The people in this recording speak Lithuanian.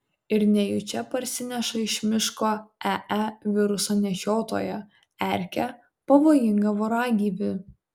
ir nejučia parsineša iš miško ee viruso nešiotoją erkę pavojingą voragyvį